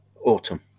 autumn